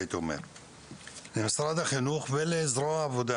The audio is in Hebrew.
למשרד החינוך ולזרוע העבודה